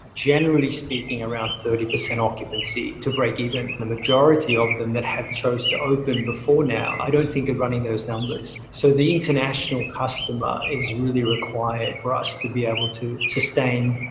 generally speaking, at around thirty percent occupancy to break even. the majority of them that have chosen to open before now, i don't think are running those numbers. so the international customer is really required for us to be able to sustain.